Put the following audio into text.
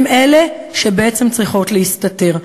הן אלה שבעצם צריכות להסתתר.